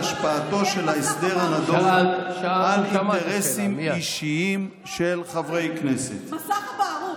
אתה מוכן להסביר לי איך מסך הבערות